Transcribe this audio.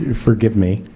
and forgive me